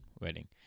wedding